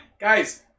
guys